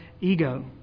Ego